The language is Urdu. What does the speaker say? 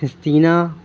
ہسینا